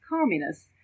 communists